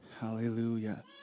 Hallelujah